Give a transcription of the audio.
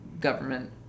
government